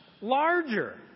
larger